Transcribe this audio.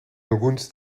alguns